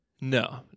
No